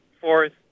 fourth